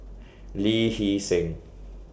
Lee Hee Seng